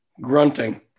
grunting